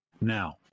Now